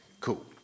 cool